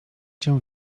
cię